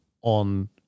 on